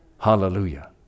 hallelujah